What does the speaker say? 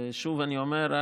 שוב אני אומר,